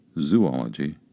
zoology